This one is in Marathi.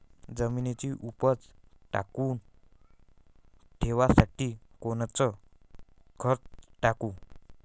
जमिनीची उपज टिकून ठेवासाठी कोनचं खत टाकू?